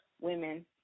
women